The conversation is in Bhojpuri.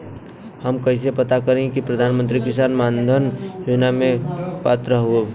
हम कइसे पता करी कि प्रधान मंत्री किसान मानधन योजना के हम पात्र हई?